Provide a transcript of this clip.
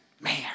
man